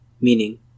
meaning